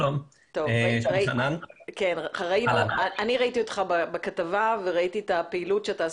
ראיתי אותך בכתבה וראיתי את הפעילות.